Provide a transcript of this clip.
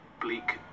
bleak